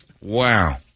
Wow